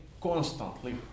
constantly